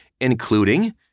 including